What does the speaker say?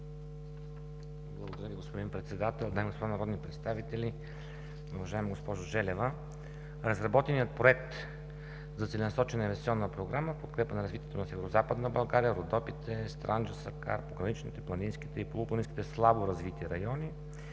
Благодаря, господин Председател. Дами и господа народни представители, уважаема госпожо Желева! Разработеният Проект за Целенасочена инвестиционна програма в подкрепа на развитието на Северозападна България, Родопите, Странджа – Сакар, пограничните, планинските и полупланинските слабо развити райони